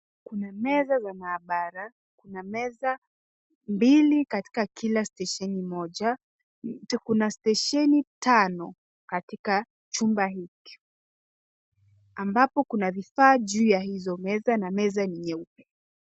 Kuna meza za maabara. Kuna meza mbili katika kila stesheni moja. Kuna stesheni tano katika chumba hiki ambapo kuna vifaa juu ya hizo meza na meza ni nyeupe.